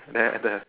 there at the